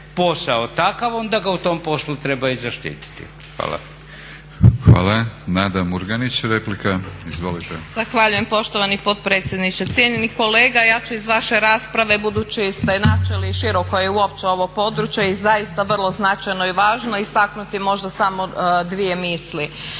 posao takav onda ga u tom poslu treba i zaštititi. Hvala. **Batinić, Milorad (HNS)** Hvala. Nada Murganić, replika. Izvolite. **Murganić, Nada (HDZ)** Zahvaljujem poštovani potpredsjedniče. Cijenjeni kolega ja ću iz vaše rasprave budući ste načeli široko uopće ovo područje i zaista vrlo značajno i važno, istaknuti možda samo dvije misli.